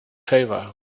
favor